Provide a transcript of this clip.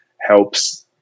helps